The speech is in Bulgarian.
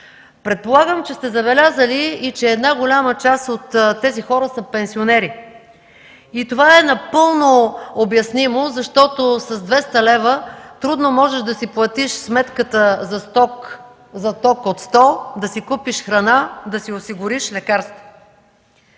Предполагам забелязали сте, че голяма част от тези хора са пенсионери и това е напълно обяснимо, защото с 200 лв. трудно можеш да си платиш сметката за ток от 100 лв., да си купиш храна, да си осигуриш лекарства.